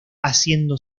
haciendo